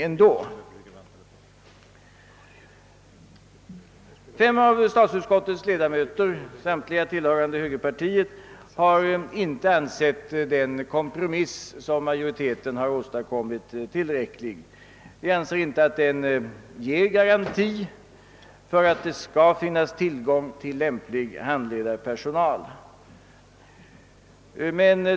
Vi är fem av statsutskottets ledamöter — samtliga tillhörande högerpartiet — som inte har ansett att den kompromiss som utskottsmajoriteten åstadkommit går tillräckligt långt. Vi anser inte att den ger garanti för att det kommer att finnas tillgång till lämplig handledarpersonal.